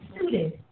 suited